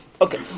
Okay